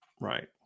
Right